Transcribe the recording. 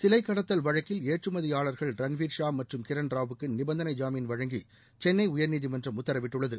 சிலைக்கடத்தல் வழக்கில் ஏற்றுமதியாளா்கள் ரன்வீர் ஷா மற்றும் கிரண் ராவுக்கு நிபந்தனை ஜாமீன் வழங்கி சென்னை உயர்நீதிமன்றம் உத்தரவிட்டுள்ளது